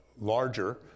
larger